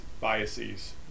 biases